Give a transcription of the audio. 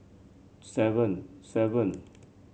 seven seven